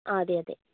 ആ അതെ അതെ